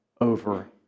over